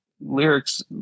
Lyrics